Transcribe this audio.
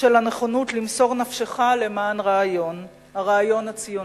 של הנכונות למסור נפשך למען רעיון, הרעיון הציוני,